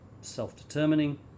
self-determining